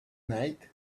night